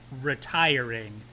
retiring